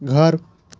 घर